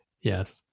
Yes